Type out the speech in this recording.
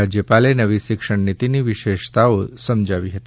રાજ્યપાલે નવી શિક્ષણનીતિની વિશેષતાઓ સમજાવી હતી